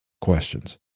questions